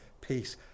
peace